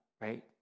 right